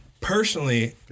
Personally